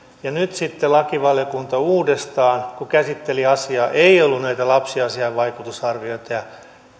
ja nyt sitten lakivaliokunta kun uudestaan käsitteli asiaa eikä ollut näitä lapsiasiainvaikutusarviointeja